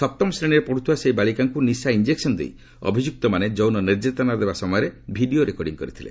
ସପ୍ତମ ଶ୍ରେଣୀରେ ପଢ଼ୁଥିବା ସେହି ବାଳିକାଙ୍କୁ ନିଶା ଇଞ୍ଜେକ୍ସନ୍ ଦେଇ ଅଭିଯୁକ୍ତମାନେ ଯୌନ ନିର୍ଯାତନା ଦେବା ସମୟରେ ଭିଡ଼ିଓ ରେକର୍ଡିଂ କରିଥିଲେ